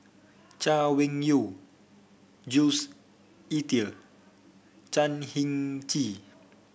Chay Weng Yew Jules Itier Chan Heng Chee